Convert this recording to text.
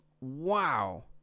Wow